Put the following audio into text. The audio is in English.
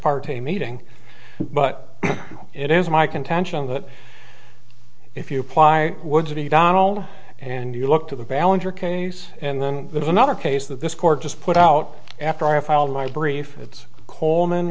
parte meeting but it is my contention that if you apply what city donald and you look to the ballenger case and then there's another case that this court just put out after i filed my brief it's coleman